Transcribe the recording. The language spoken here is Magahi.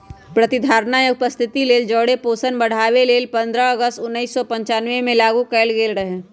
प्रतिधारणा आ उपस्थिति लेल जौरे पोषण बढ़ाबे लेल पंडह अगस्त उनइस सौ पञ्चानबेमें लागू कएल गेल रहै